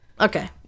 Okay